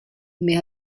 mais